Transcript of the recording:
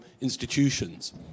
institutions